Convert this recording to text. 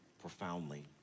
profoundly